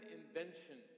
invention